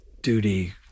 duty